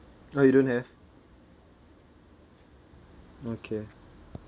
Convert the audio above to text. oh you don't have okay